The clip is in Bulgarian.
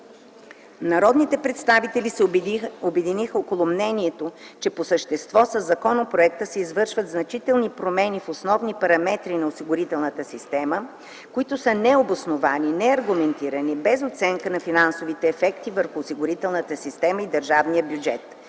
Народните представители се обединиха около мнението, че по същество със законопроекта се извършват значителни промени в основни параметри на осигурителната система, които са необосновани, неаргументирани, без оценка на финансовите ефекти върху осигурителната система и държавния бюджет.